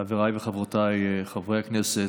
חבריי וחברותיי חברי הכנסת,